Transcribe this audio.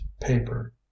paper